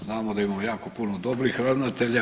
Znamo da imamo jako puno dobrih ravnatelja.